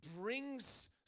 brings